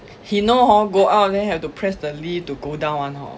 he know hor go out then have to press the lift to go down [one] hor